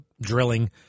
drilling